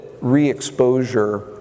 re-exposure